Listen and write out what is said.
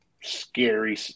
scary